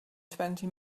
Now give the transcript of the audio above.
twenty